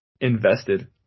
invested